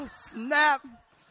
Snap